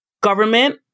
government